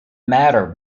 matter